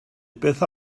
beth